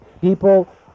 People